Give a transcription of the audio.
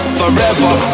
forever